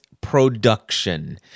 Production